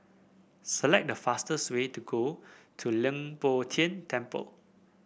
select the fastest way to go to Leng Poh Tian Temple